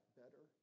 better